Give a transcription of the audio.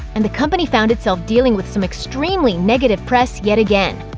and the company found itself dealing with some extremely negative press yet again.